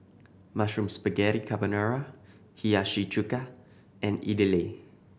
Mushroom Spaghetti Carbonara Hiyashi Chuka and Idili